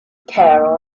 care